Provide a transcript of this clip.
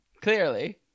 Clearly